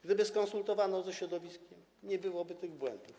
Gdyby to skonsultowano ze środowiskiem, nie byłoby tych błędów.